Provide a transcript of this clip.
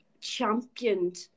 championed